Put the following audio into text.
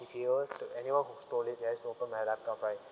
if you were to anyone who stole it they has open my laptop by